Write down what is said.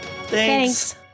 Thanks